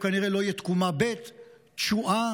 הוא כנראה לא יהיה "תקומה ב'" "תשועה",